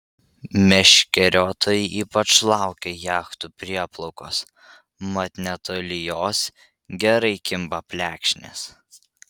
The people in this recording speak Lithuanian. meškeriotojai ypač laukia jachtų prieplaukos mat netoli jos gerai kimba plekšnės